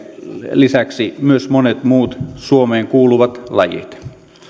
lisäksi myös monet muut suomeen kuuluvat lajit